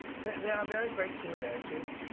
there are very great similarities.